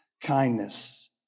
kindness